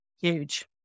huge